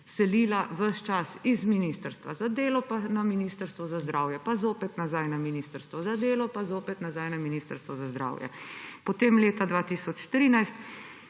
selila ves čas z ministrstva za delo na ministrstvo za zdravje, pa zopet nazaj na ministrstvo za delo pa zopet nazaj na ministrstvo za zdravje. Potem leta 2013